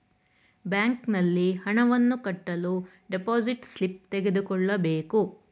ಬ್ಯಾಂಕಿನಲ್ಲಿ ಹಣವನ್ನು ಕಟ್ಟಲು ಡೆಪೋಸಿಟ್ ಸ್ಲಿಪ್ ತೆಗೆದುಕೊಳ್ಳಬೇಕು